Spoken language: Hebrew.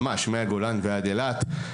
ממש מהגולן ועד אילת,